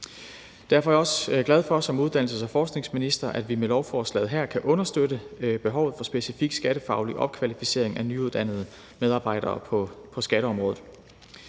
Derfor er jeg også glad for som uddannelses- og forskningsminister, at vi med lovforslaget her kan understøtte behovet for specifik skattefaglig opkvalificering af nyuddannede medarbejdere på skatteområdet.